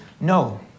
no